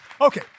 Okay